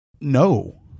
No